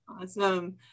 Awesome